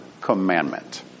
commandment